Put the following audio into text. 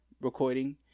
recording